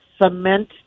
cement